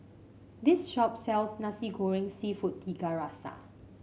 this shop sells Nasi Goreng seafood Tiga Rasa